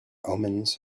omens